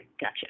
gotcha